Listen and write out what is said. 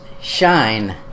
shine